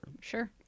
Sure